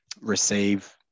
receive